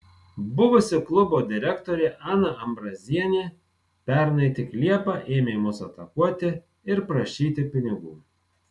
buvusi klubo direktorė ana ambrazienė pernai tik liepą ėmė mus atakuoti ir prašyti pinigų